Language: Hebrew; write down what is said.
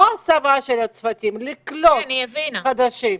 לא הסבה של הצוותים, לקלוט חדשים.